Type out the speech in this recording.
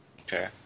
Okay